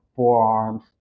forearms